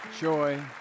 joy